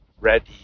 ready